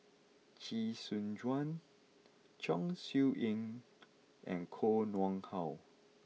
Chee Soon Juan Chong Siew Ying and Koh Nguang How